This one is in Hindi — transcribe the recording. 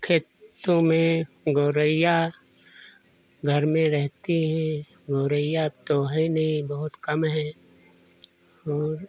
खेतों में गौरैया घर में रहती है गौरैया तो है नहीं बहुत कम है और